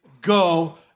go